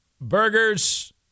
Burgers